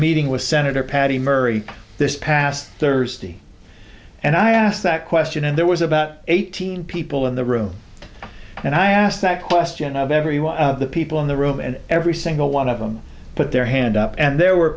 meeting with senator patty murray this past thursday and i asked that question and there was about eighteen people in the room and i asked that question of every one of the people in the room and every single one of them put their hand up and there were